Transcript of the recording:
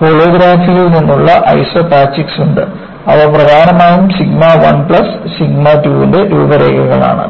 ഹോളോഗ്രാഫിയിൽ നിന്നുള്ള ഐസോപാച്ചിക്സ് ഉണ്ട് അവ പ്രധാനമായും സിഗ്മ 1 പ്ലസ് സിഗ്മ 2 ന്റെ രൂപരേഖകളാണ്